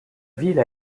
ville